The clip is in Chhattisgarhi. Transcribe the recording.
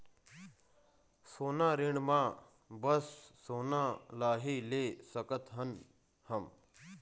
सोना ऋण मा बस सोना ला ही ले सकत हन हम?